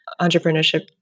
entrepreneurship